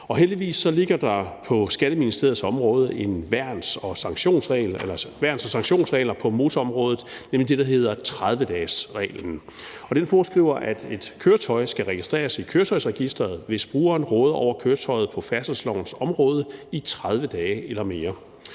Heldigvis ligger der på Skatteministeriets område værns- og sanktionsregler for motorområdet, nemlig det, der hedder 30-dagesreglen, og den foreskriver, at et køretøj skal registreres i Køretøjsregisteret, hvis brugeren råder over køretøjet på færdselslovens område i 30 dage eller mere.